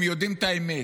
הם יודעים את האמת.